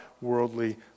worldly